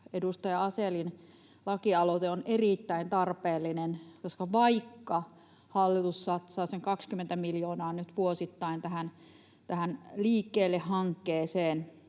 edustaja Asellin lakialoite on erittäin tarpeellinen, koska vaikka hallitus satsaa sen 20 miljoonaa nyt vuosittain tähän Suomi liikkeelle ‑ohjelmaan,